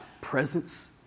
presence